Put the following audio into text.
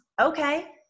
okay